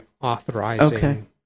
authorizing